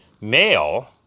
male